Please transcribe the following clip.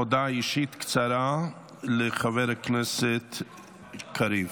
הודעה אישית קצרה לחבר הכנסת קריב.